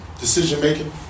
decision-making